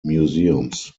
museums